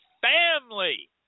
family